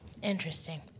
Interesting